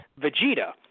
Vegeta